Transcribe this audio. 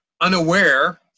unaware